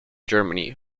germany